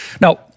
Now